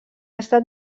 estat